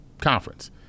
conference